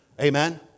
Amen